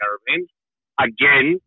again